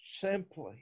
simply